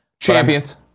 Champions